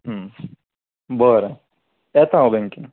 बरें येता हांव बँकीन